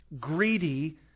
greedy